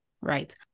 right